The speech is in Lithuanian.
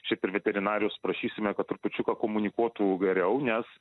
šiaip ir veterinarijos prašysime kad trupučiuką komunikuotų geriau nes